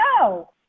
no